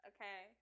Okay